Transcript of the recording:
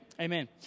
Amen